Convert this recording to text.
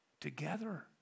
together